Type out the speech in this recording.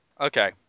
Okay